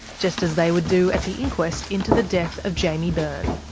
just as they would do at the inquest into the death of jaimie byrne.